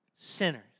sinners